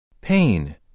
Pain